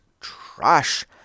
trash